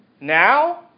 Now